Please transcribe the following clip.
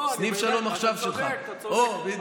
לא, אתה צודק, אתה צודק.